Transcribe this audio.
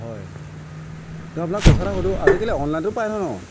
হয় তেও আপোনাক কথা এটা সুধোঁ আজিকালি অনলাইনটো পাই নহয় ন